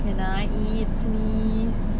can I eat please